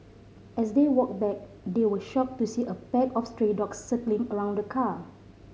as they walked back they were shocked to see a pack of stray dogs circling around the car